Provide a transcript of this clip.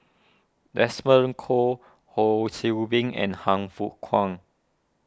Desmond Kon Ho See Beng and Han Fook Kwang